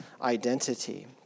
identity